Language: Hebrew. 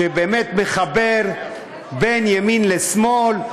שבאמת מחבר בין ימין לשמאל,